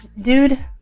dude